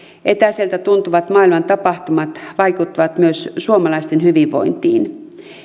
etäiseltä tuntuvat maailmantapahtumat vaikuttavat myös suomalaisten hyvinvointiin